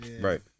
Right